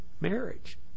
marriage